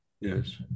Yes